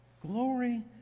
glory